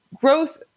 growth